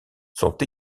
sont